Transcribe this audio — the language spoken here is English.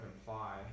imply